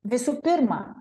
visų pirma